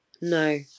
No